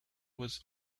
was